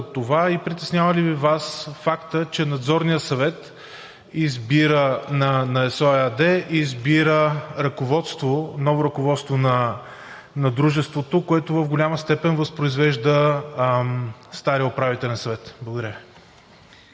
от това? Притеснява ли Ви Вас фактът, че Надзорният съвет на ЕСО ЕАД избира ново ръководство на Дружеството, което в голяма степен възпроизвежда стария Управителен съвет. Благодаря Ви.